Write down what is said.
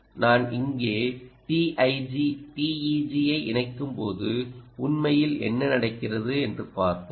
நான் இங்கே TEG ஐ இணைக்கும்போது உண்மையில் என்ன நடக்கிறது என்று பார்ப்போம்